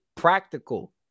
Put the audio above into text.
practical